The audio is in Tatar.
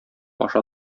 аша